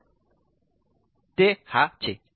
તે હા છે